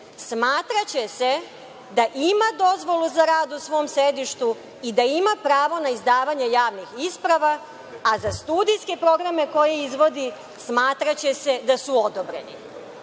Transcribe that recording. smatraće se da ima dozvolu za rad u svom sedištu i da ima pravo na izdavanje javnih isprava, a za studijske programe koje izvodi smatraće se da su odobreni. Moje